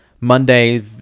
Monday